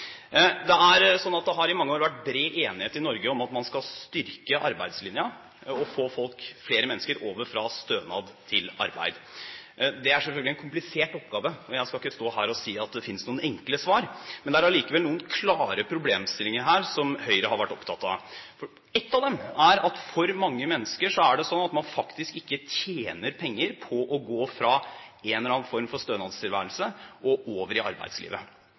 Det er i så fall ganske oppsiktsvekkende. Det har i mange år vært bred enighet i Norge om at man skal styrke arbeidslinjen og få flere mennesker over fra stønad til arbeid. Det er selvfølgelig en komplisert oppgave, og jeg skal ikke stå her og si at det finnes noen enkle svar. Det er likevel noen klare problemstillinger her som Høyre har vært opptatt av. Det er for mange mennesker sånn at man faktisk ikke tjener penger på å gå fra en eller annen form for stønadstilværelse over i arbeidslivet.